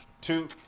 two